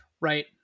Right